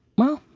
well,